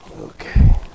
Okay